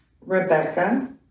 Rebecca